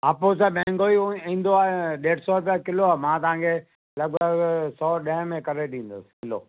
हाफ़ुस अ महांगो ई ईंदो आहे ॾेढ सौ रुपिया किलो आहे मां तव्हां लॻभॻि सौ ॾह में करे ॾींदसि किलो